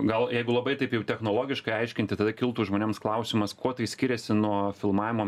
gal jeigu labai taip jau technologiškai aiškinti tada kiltų žmonėms klausimas kuo tai skiriasi nuo filmavimo